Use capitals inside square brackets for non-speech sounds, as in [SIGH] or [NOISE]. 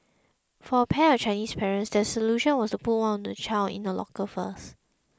for a pair of Chinese parents their solution was to put one [UNINTELLIGIBLE] child in a locker first